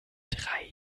drei